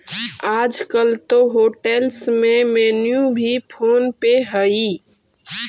आजकल तो होटेल्स में मेनू भी फोन पे हइ